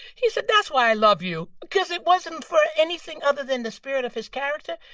he said, that's why i love you. because it wasn't for anything other than the spirit of his character,